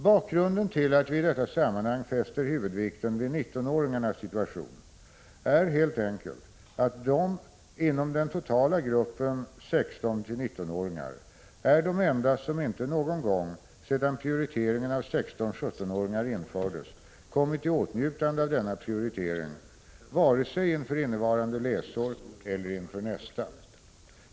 Bakgrunden till att vi i detta sammanhang fäster huvudvikten vid 19-åringarnas situation är helt enkelt att de, inom den totala gruppen 16—19-åringar, är de enda som inte någon gång, sedan prioriteringen av 16—17-åringar infördes, kommit i åtnjutande av denna prioritering, vare sig inför innevarande läsår eller inför nästa.